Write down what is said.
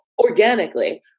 organically